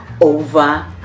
over